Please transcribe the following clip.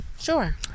Sure